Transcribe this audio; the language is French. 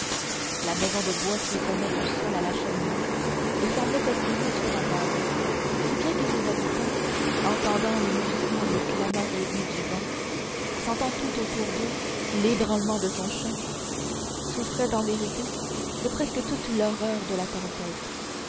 la maison de bois frissonnait du sol à la cheminée et semblait osciller sur sa base si bien que ses habitants entendant les mugissements et les clameurs aiguës du vent sentant tout autour d'eux l'ébranlement de son choc souffraient en vérité de presque toute l'horreur de la tempête